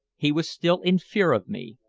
he was still in fear of me.